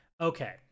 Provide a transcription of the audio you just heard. okay